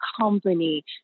company